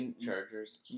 Chargers